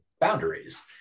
boundaries